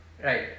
Right